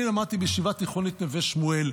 אני למדתי בישיבה תיכונית נווה שמואל.